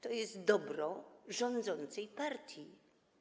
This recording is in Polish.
To jest dobro rządzącej partii.